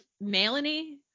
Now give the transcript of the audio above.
melanie